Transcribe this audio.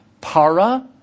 para